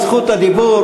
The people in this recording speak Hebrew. את זכות הדיבור,